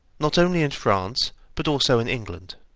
not only in france but also in england.